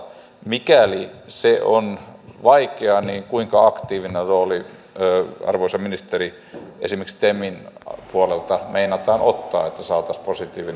mikäli se on vaikeaa niin kuinka aktiivinen rooli arvoisa ministeri esimerkiksi temin puolelta meinataan ottaa että saataisiin positiivinen kansallinen ratkaisu